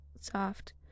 soft